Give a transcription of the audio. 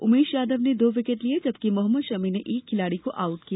उमेश यादव ने दो विंकेट लिए जबकि मोहम्मद शमी ने एक खिलाड़ी को आउट किया